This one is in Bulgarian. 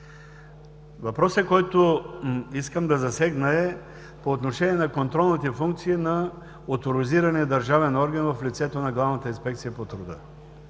Въпросът, който искам да засегна, е по отношение на контролните функции на оторизиран държавен орган в лицето на Главната инспекция по труда.